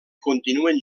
continuen